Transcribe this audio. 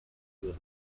wurde